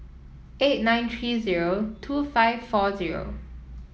eight nine three zero two five four zero